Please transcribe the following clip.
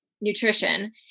nutrition